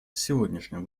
сегодняшнем